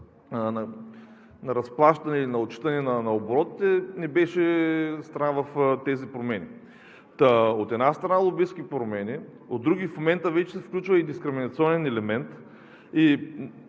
на разплащане и отчитане на оборотите, не беше страна в тези промени. От една страна, лобистки промени, от друга – в момента вече се включва и дискриминационен елемент.